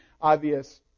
obvious